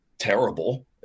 terrible